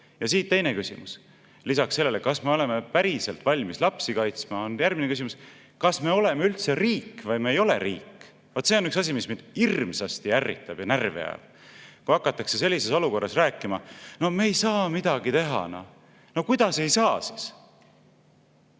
Siit teine küsimus. Lisaks sellele, kas me oleme päriselt valmis lapsi kaitsma, on järgmine küsimus, kas me oleme üldse riik või me ei ole riik. Vaat, see on üks asi, mis mind hirmsasti ärritab ja närvi ajab, kui hakatakse sellises olukorras rääkima, et me ei saa midagi teha. No kuidas ei saa?